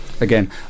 again